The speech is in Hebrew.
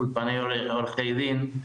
אולפני עורכי דין,